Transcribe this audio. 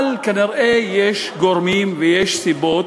אבל כנראה יש גורמים ויש סיבות,